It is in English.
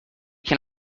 can